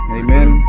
amen